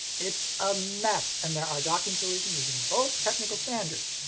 it's a mess and there are docking solutions using both technical standards.